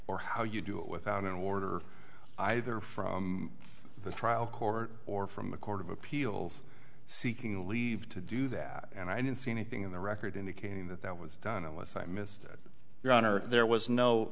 or how you do it without an order either from the trial court or from the court of appeals seeking leave to do that and i don't see anything in the record indicating that that was done and with i missed that your honor there was no